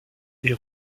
est